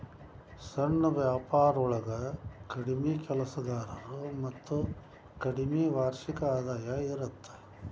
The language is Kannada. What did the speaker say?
ಸಣ್ಣ ವ್ಯಾಪಾರೊಳಗ ಕಡ್ಮಿ ಕೆಲಸಗಾರರು ಮತ್ತ ಕಡ್ಮಿ ವಾರ್ಷಿಕ ಆದಾಯ ಇರತ್ತ